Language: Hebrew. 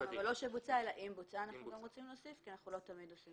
שאנחנו לא תמיד עושים.